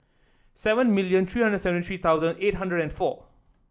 seven million three hundred seventy three thousand eight hundred and four